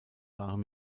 waren